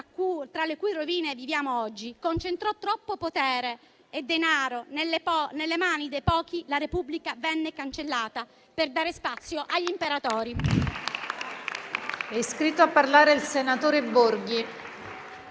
tra le cui rovine viviamo oggi, concentrò troppo potere e denaro nelle mani dei pochi, la Repubblica venne cancellata per dare spazio agli imperatori.